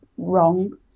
Wrong